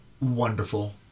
Wonderful